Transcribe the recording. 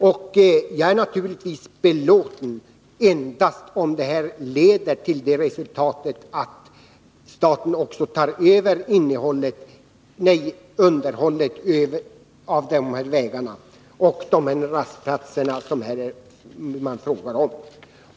Men jag är naturligtvis belåten med detta endast om det leder till resultatet att staten tar över underhållet av de vägar och rastplatser det är fråga om.